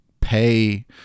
pay